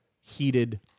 heated